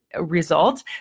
result